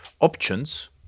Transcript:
options